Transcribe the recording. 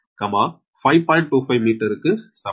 25 மீட்டருக்கு சமம்